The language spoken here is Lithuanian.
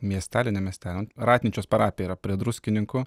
miestely ne mieste ratnyčios parapija yra prie druskininkų